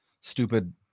stupid